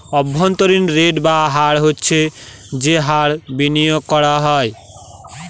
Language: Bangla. অভ্যন্তরীন রেট বা হার হচ্ছে যে হারে বিনিয়োগ করা হয়